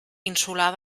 insular